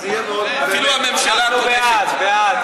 קריאות: בעד.